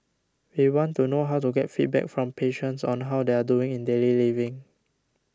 we want to know how to get feedback from patients on how they are doing in daily living